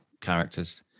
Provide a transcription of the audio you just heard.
characters